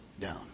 down